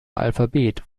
alphabet